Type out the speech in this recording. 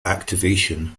activation